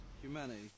humanity